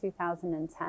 2010